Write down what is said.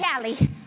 Callie